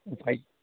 ओमफ्राइ